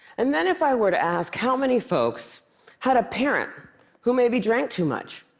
and then if i were to ask how many folks had a parent who maybe drank too much,